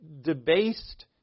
debased